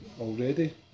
already